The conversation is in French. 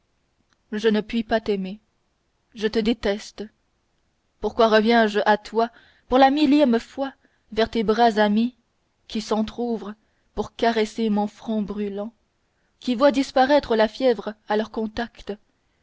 je ne puis pas t'aimer je te déteste pourquoi reviens je à toi pour la millième fois vers tes bras amis qui s'entrouvent pour caresser mon front brûlant qui voit disparaître la fièvre à leur contact